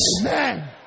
Amen